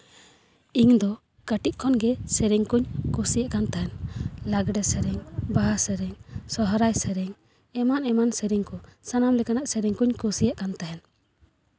ᱤᱧ ᱫᱚ ᱠᱟᱹᱴᱤᱡ ᱠᱷᱚᱱᱜᱮ ᱥᱮᱨᱮᱧ ᱠᱚᱹᱧ ᱠᱩᱥᱤᱭᱟᱜ ᱠᱟᱱ ᱛᱟᱦᱮᱱ ᱞᱟᱜᱽᱲᱮ ᱥᱮᱨᱮᱧ ᱵᱟᱦᱟ ᱥᱮᱨᱮᱧ ᱥᱚᱨᱦᱟᱭ ᱥᱮᱨᱮᱧ ᱮᱢᱟᱱ ᱮᱢᱟᱱ ᱠᱚ ᱥᱟᱱᱟᱢ ᱞᱮᱠᱟᱱᱟᱜ ᱥᱮᱨᱮᱧ ᱠᱚᱹᱧ ᱠᱩᱥᱤᱭᱟᱜ ᱠᱟᱱ ᱛᱟᱦᱮᱱ